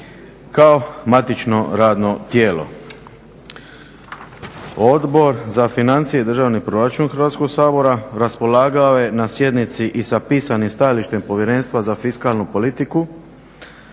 kao matično radno tijelo. Odbor za financije i državni proračun Hrvatskog sabora raspolagao je na sjednici i sa pisanim stajalištem Povjerenstva za fiskalnu politiku